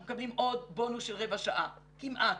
אנחנו מקבלים עוד בונוס של רבע שעה כמעט.